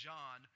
John